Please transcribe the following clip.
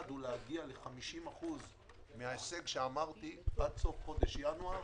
היעד הוא להגיע ל-50% מההישג שאמרתי עד סוף חודש ינואר,